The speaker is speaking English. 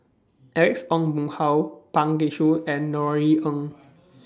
Alex Ong Boon Hau Pang Guek Cheng and Norothy Ng